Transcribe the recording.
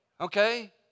Okay